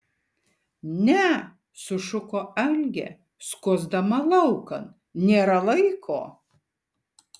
ne sušuko algė skuosdama laukan nėra laiko